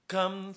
Come